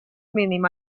mínim